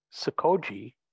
Sakoji